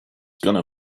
gonna